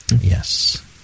Yes